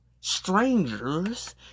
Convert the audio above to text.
strangers